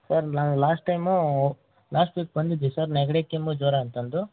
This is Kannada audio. ಸರ್ ನಾನು ಲಾಸ್ಟ್ ಟೈಮೂ ಲಾಸ್ಟ್ ವೀಕ್ ಬಂದಿದ್ದೆ ಸರ್ ನೆಗಡಿ ಕೆಮ್ಮು ಜ್ವರ ಅಂತಂದು